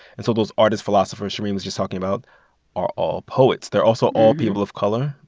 and so those artist-philosophers shereen was just talking about all all poets. they're also all people of color,